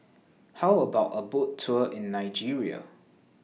How about A Boat Tour in Nigeria